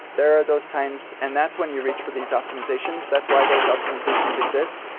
there are those times, and that's when you reach for these optimizations. that's why those optimizations exist.